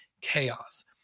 chaos